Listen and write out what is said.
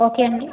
okay అండి